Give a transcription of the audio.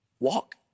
walk